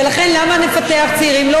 ולכן למה נפתח צעירים?